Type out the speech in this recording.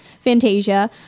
Fantasia